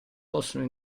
possono